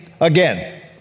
again